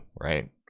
right